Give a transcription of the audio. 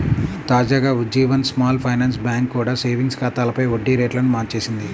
తాజాగా Ujjivan small finance bank కూడా savings ఖాతాలపై వడ్డీ రేట్లను మార్చేసింది